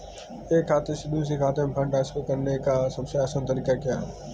एक खाते से दूसरे खाते में फंड ट्रांसफर करने का सबसे आसान तरीका क्या है?